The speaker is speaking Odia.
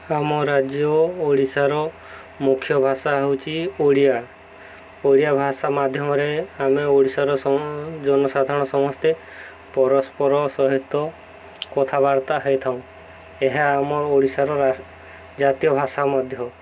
ଆମ ରାଜ୍ୟ ଓଡ଼ିଶାର ମୁଖ୍ୟ ଭାଷା ହେଉଛି ଓଡ଼ିଆ ଓଡ଼ିଆ ଭାଷା ମାଧ୍ୟମରେ ଆମେ ଓଡ଼ିଶାର ଜନସାଧାରଣ ସମସ୍ତେ ପରସ୍ପର ସହିତ କଥାବାର୍ତ୍ତା ହୋଇଥାଉ ଏହା ଆମ ଓଡ଼ିଶାର ଜାତୀୟ ଭାଷା ମଧ୍ୟ